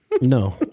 No